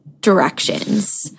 directions